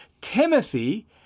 Timothy